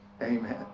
Amen